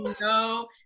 no